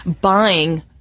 buying